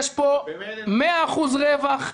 יש פה 100% רווח,